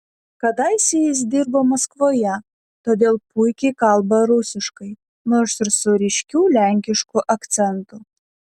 kadaise jis dirbo maskvoje todėl puikiai kalba rusiškai nors ir su ryškiu lenkišku akcentu